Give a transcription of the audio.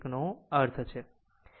1 નો અર્થ છે